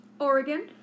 Oregon